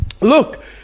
Look